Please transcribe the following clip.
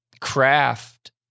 craft